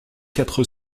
quatre